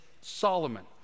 Solomon